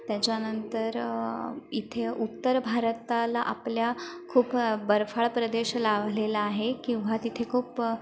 त्याच्यानंतर इथे उत्तर भारताला आपल्या खूप बर्फाळ प्रदेश लाभलेला आहे किंवा तिथे खूप